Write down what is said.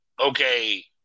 okay